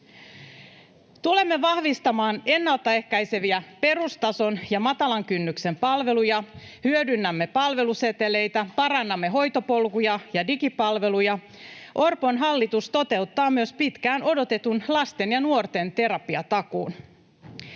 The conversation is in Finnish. Tulemme vahvistamaan ennaltaehkäiseviä perustason ja matalan kynnyksen palveluja, hyödynnämme palveluseteleitä, parannamme hoitopolkuja ja digipalveluja. Orpon hallitus toteuttaa myös pitkään odotetun lasten ja nuorten terapiatakuun.